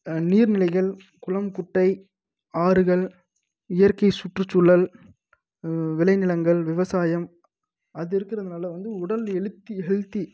நீர் நிலைகள் குளம் குட்டை ஆறுகள் இயற்கை சுற்றுசூழல் விளை நிலங்கள் விவசாயம் அது இருக்கறதுனால் வந்து உடல் ஹெல்த்தி ஹெல்த்தி